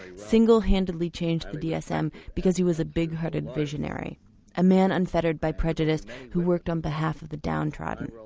single handedly changed the dsm because he was a big-hearted visionary a man unfettered by prejudice who worked on behalf of the downtrodden.